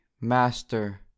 Master